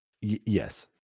Yes